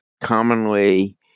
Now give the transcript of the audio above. commonly